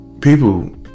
people